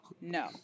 No